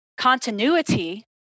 continuity